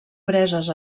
preses